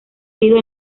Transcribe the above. herido